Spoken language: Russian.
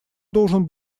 должен